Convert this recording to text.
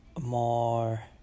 more